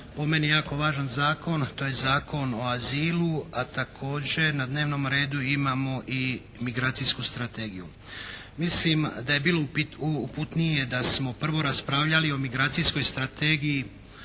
po meni jako važan zakon, a to je Zakon o azilu. A također na dnevnom redu imamo i migracijsku strategiju. Mislim da je bilo uputnije da smo prvo raspravljali o migracijskoj strategiji